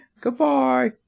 Goodbye